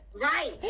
Right